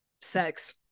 sex